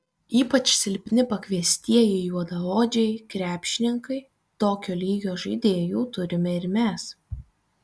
ypač silpni pakviestieji juodaodžiai krepšininkai tokio lygio žaidėjų turime ir mes